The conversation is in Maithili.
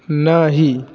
नहि